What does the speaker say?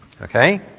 Okay